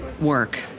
work